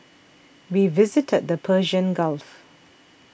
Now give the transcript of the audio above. we visited the Persian Gulf